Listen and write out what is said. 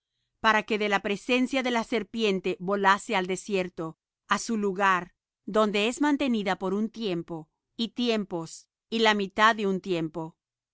para que de la presencia de la serpiente volase al desierto á su lugar donde es mantenida por un tiempo y tiempos y la mitad de un tiempo